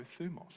thumos